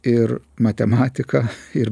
ir matematiką ir